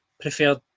preferred